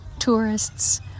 tourists